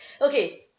Okay